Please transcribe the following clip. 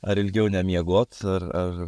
ar ilgiau nemiegot ar ar